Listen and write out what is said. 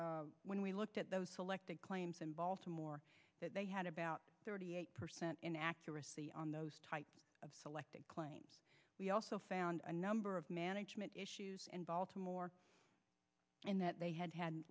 find when we looked at the selected claims in baltimore they had about thirty eight percent accuracy on those type of selected claims we also found a number of management issues in baltimore and that they had had